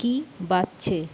কী বাজছে